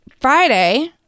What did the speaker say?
Friday